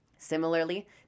Similarly